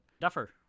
Duffer